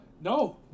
No